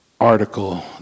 article